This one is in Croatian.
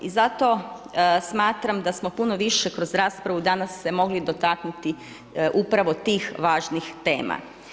I zato smatram da smo puno više kroz raspravu danas se mogli dotaknuti upravo tih važnih tema.